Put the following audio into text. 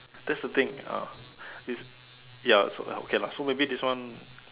that's the thing uh is ya so okay lah so maybe this one